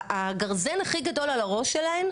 הגרזן הכי גדול על הראש שלהן,